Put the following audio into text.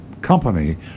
company